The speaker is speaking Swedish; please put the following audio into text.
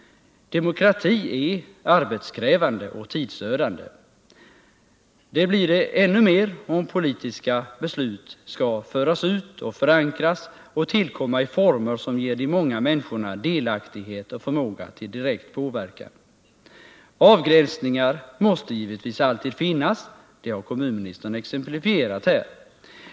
Demokrati är arbetskrävande och tidsödande. Det blir det ännu mer om politiska beslut skall föras ut och förankras och tillkomma i former som ger de många människorna delaktighet och förmåga till direkt påverkan. Avgränsningar måste givetvis alltid finnas, och det har kommunministern exemplifierat här.